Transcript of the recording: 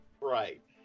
Right